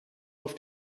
auf